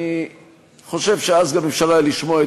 אני חושב שאז גם אפשר היה לשמוע את